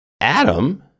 Adam